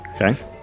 Okay